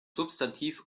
substantiv